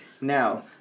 Now